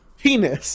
penis